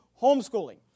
homeschooling